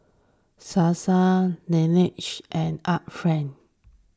Sasa Laneige and Art Friend